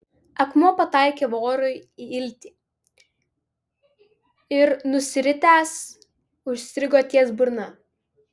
akmuo pataikė vorui į iltį ir nusiritęs užstrigo ties burna